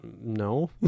no